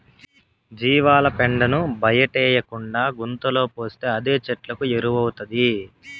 జీవాల పెండను బయటేయకుండా గుంతలో పోస్తే అదే చెట్లకు ఎరువౌతాది